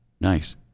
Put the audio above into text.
nice